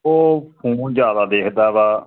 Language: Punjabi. ਉਹ ਫੋਨ ਜਿਆਦਾ ਦੇਖਦਾ ਵਾ